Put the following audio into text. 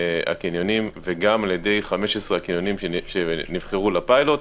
בקטנים/בינוניים, ועל עלייה מתונה יותר בגדולים.